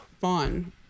fun